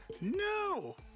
No